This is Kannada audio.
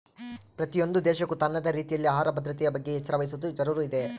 ಪ್ರತಿಯೊಂದು ದೇಶಕ್ಕೂ ತನ್ನದೇ ರೀತಿಯಲ್ಲಿ ಆಹಾರ ಭದ್ರತೆಯ ಬಗ್ಗೆ ಎಚ್ಚರ ವಹಿಸುವದು ಜರೂರು ಇದೆ